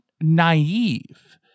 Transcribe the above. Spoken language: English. naive